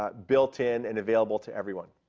ah built in, and available to everyone.